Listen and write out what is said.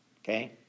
Okay